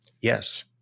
Yes